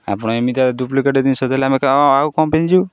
ଆପଣ ଏମିତିକା ଡୁପ୍ଲିକେଟ୍ ଜିନଷ ଦେଲେ ଆମେ ଆଉ କ'ଣ ପାଇଁ ଯିବୁ